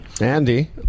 Andy